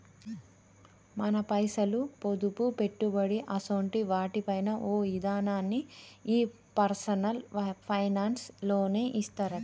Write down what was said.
మన పైసలు, పొదుపు, పెట్టుబడి అసోంటి వాటి పైన ఓ ఇదనాన్ని ఈ పర్సనల్ ఫైనాన్స్ లోనే సూత్తరట